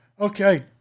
Okay